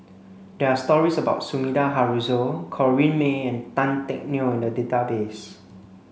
there are stories about Sumida Haruzo Corrinne May and Tan Teck Neo in the database